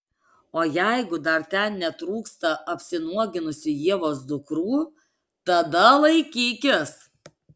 o jeigu dar ten netrūksta apsinuoginusių ievos dukrų tada laikykis